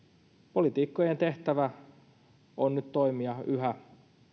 poliitikkojen tehtävä on nyt toimia yhä